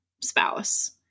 spouse